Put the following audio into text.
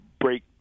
break